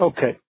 Okay